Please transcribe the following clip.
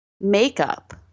makeup